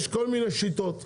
יש כל מיני שיטות.